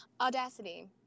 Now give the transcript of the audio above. Audacity